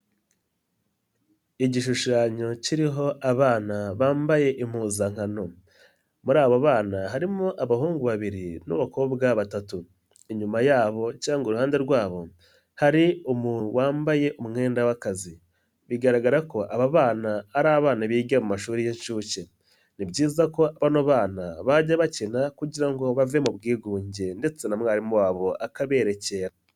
Igishushanyo kiriho abana bambaye impuzankano ,muri abo bana harimo abahungu babiri n'abakobwa batatu, inyuma yabo cyangwa iruhande rwabo hari umuntu wambaye umwenda w'akazi, bigaragara ko aba bana ari abana biga mu mashuri y'inshuke, ni byiza ko bano bana bajya bakina kugira ngo bave mu bwigunge, ndetse na mwarimu wabo akaberekera.